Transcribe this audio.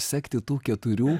sekti tų keturių